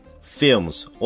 films